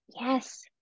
Yes